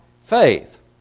faith